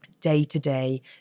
day-to-day